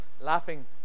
laughing